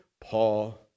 Paul